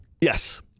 Yes